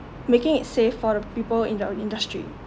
making it safe for the people in the industry